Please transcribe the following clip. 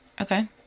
Okay